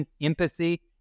empathy